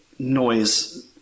noise